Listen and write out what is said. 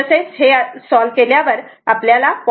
तसेच हे केल्यावर आपल्याला 0